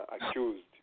accused